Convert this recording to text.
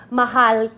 mahal